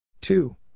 Two